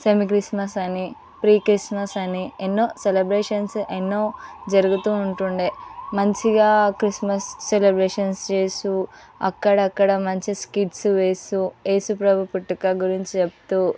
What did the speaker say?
semi Christmas అని pre Christmas అని ఎన్నో సెలబ్రేషన్స్ ఎన్నో జరుగుతూ ఉంటుండే మంచిగా క్రిస్మస్ సెలబ్రేషన్స్ చేస్తూ అక్కడక్కడ మంచి స్కిట్స్ వేస్తూ ఏసుప్రభు పుట్టుక గురించి చెప్తూ